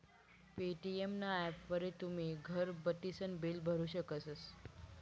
Paytm ना ॲपवरी तुमी घर बठीसन बिल भरू शकतस